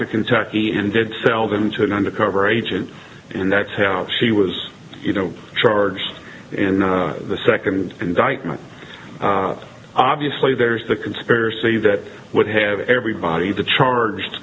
to kentucky and did sell them to an undercover agent and that's how she was charged and the second indictment obviously there's the conspiracy that would have everybody the charged